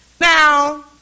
Now